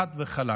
חד וחלק.